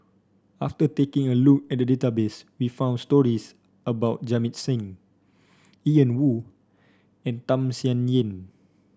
after taking a look at the database we found stories about Jamit Singh Ian Woo and Tham Sien Yen